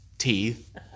teeth